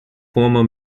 former